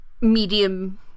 medium